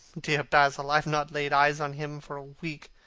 dear basil! i have not laid eyes on him for a week.